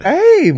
Hey